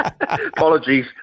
Apologies